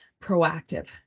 proactive